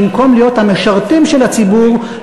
במקום להיות המשרתים של הציבור,